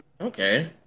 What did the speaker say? Okay